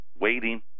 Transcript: waiting